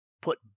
put